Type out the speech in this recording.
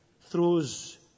throws